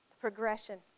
progression